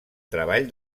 treball